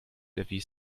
erwies